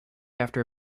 after